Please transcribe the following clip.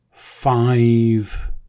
Five